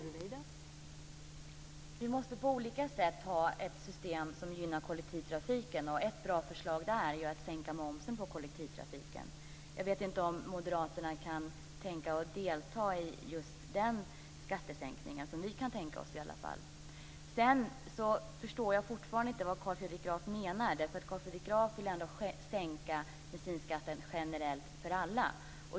Fru talman! Vi måste ha ett system som gynnar kollektivtrafiken på olika sätt. Ett bra förslag är ju att sänka momsen på kollektivtrafiken. Jag vet inte om Moderaterna kan tänka sig att delta i just den skattesänkningen. Vi kan i alla fall tänka oss det. Jag förstår fortfarande inte vad Carl Fredrik Graf menar. Carl Fredrik Graf vill ju sänka bensinskatten generellt för alla.